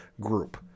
group